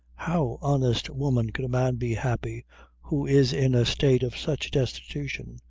how, honest woman, could a man be happy who is in a state of such destitution,